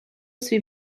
свій